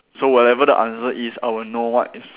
so whatever the answer is I will know what is